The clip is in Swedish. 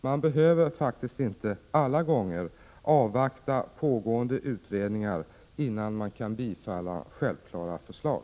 Man behöver faktiskt inte alltid avvakta pågående utredningar, innan man kan bifalla självklara förslag.